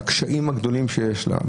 הקשיים הגדולים שיש לה,